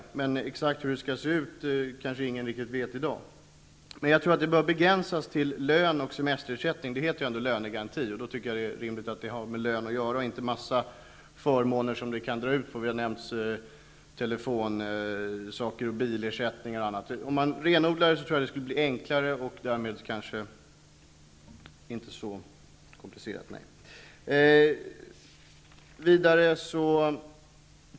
Hur den exakt skall utformas kanske ingen i dag riktigt kan uttala sig om. Den bör nog emellertid begränsas till att gälla löne och semesterersättning. Det heter ju lönegaranti, och då är det rimligt att den inte innebär även en mängd förmåner som telefon och bilersättning m.m. Renodlar man det hela blir den mindre komplicerat att hantera.